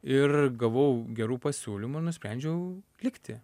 ir gavau gerų pasiūlymų nusprendžiau likti